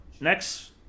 next